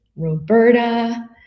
Roberta